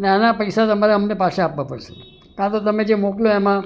અને આના પૈસા તમારે અમને પાછા આપવા પડશે કાં તો તમે જે મોકલો એમાં